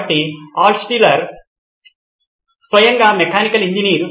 ఎందుకంటే ఆల్ట్షుల్లర్ స్వయంగా mechanical engineer